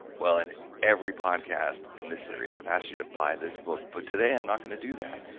well, in every podcast in this series, i've asked you to buy this book, but today i'm not going to do that.